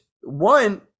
one